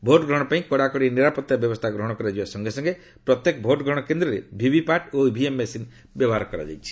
vote ଗ୍ରହଣ ପାଇଁ କଡ଼ାକଡ଼ି ନିରାପତ୍ତା ବ୍ୟବସ୍ଥା ଗ୍ରହଣ କରାଯିବା ସଙ୍ଗେ ସଙ୍ଗେ ପ୍ରତ୍ୟେକ ଭୋଟ ଗ୍ରହଣ କେନ୍ଦ୍ରରେ ଭିଭି ପାଟ୍ ଓ ଇଭିଏମ୍ ମେସିନ୍ ବ୍ୟବହାର କରାଯାଇଛି